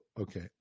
okay